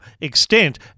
extent